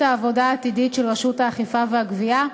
העבודה העתידית של רשות האכיפה והגבייה,